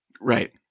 Right